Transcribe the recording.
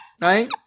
right